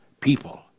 people